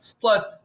plus